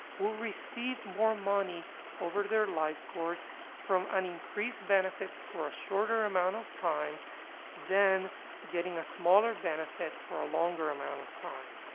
will receive more money over their life course from an increased benefit for a shorter amount of time than getting a smaller benefit for a longer amount of time.